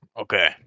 Okay